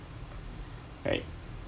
right